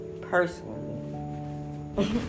personally